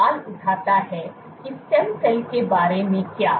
यह सवाल उठाता है कि स्टेम सेल के बारे में क्या